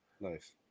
Nice